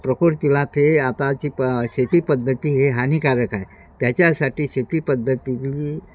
प्रकृतीला ते आताची प शेती पद्धती हे हानिकारक आहे त्याच्यासाठी शेती पद्धती